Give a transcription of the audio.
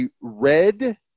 red